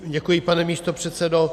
Děkuji, pane místopředsedo.